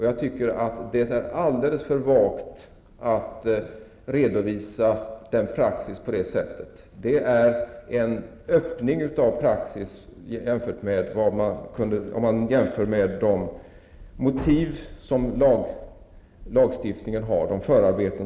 Jag tycker att det är alldeles för vagt att redovisa en praxis på det sättet. Det är en öppning av praxis jämfört med lagstiftningens motiv och förarbeten.